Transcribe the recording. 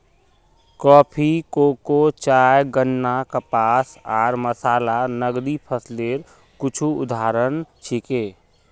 coffee, cocoa, चाय, गन्ना, कपास आर मसाला नकदी फसलेर कुछू उदाहरण छिके